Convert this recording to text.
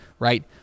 Right